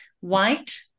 white